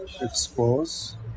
expose